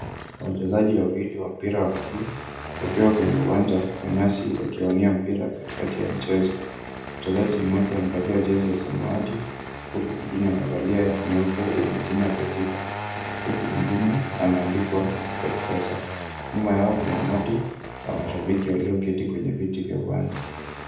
Wachezaji wawili wa mpira wa miguu wakiwa kwenye uwanja wa nyasi wakiwania mpira katikati ya mchezo. Mchezaji mmoja amevalia jezi ya samawati huku mwingine amevalia nyeupe yenye jina Betika huku mwingine ameandikwa Sportpesa. Nyuma yao kuna umati wa mashabiki walioketi kwenye viti vya uwanja.